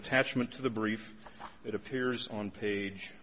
attachment to the brief it appears on page